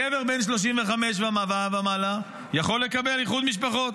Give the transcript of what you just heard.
גבר בן 35 ומעלה יכול לקבל איחוד משפחות.